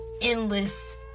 endless